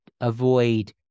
avoid